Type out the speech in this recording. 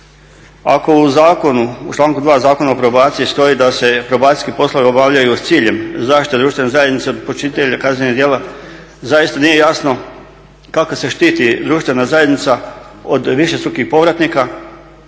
u članku 2. Zakona o probaciji stoji da se probacijski poslovi obavljaju sa ciljem zaštite društvene zajednice počinitelja kaznih djela zaista nije jasno kako se štiti društvena zajednica od višestrukih povratnika